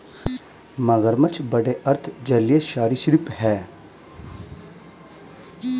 मगरमच्छ बड़े अर्ध जलीय सरीसृप हैं